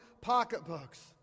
pocketbooks